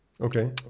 Okay